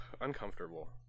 uncomfortable